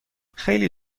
خیلی